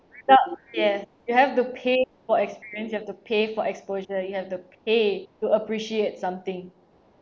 yup yes you have to pay for experience you have to pay for exposure you have to pay to appreciate something